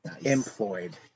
employed